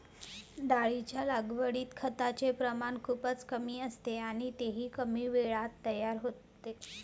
डाळींच्या लागवडीत खताचे प्रमाण खूपच कमी असते आणि तेही कमी वेळात तयार होते